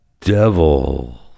Devil